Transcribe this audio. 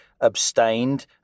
abstained